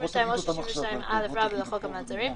62 או 62א לחוק המעצרים,